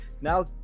Now